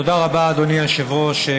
תודה רבה, אדוני היושב-ראש.